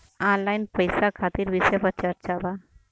Online पैसा खातिर विषय पर चर्चा वा?